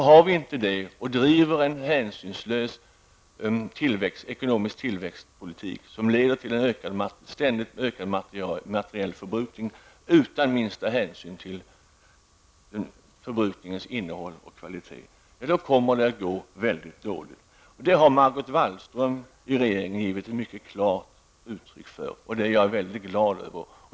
Har vi inte insikt utan driver en hänsynslös ekonomisk tillväxtpolitik som leder till ständigt ökad materiell förbrukning, utan minsta hänsyn till förbrukningens innehåll och kvalitet, ja då kommer det att gå mycket dåligt. Detta har Margot Wallström i regeringen givit ett klart uttryck för, och det är jag mycket glad över.